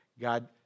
God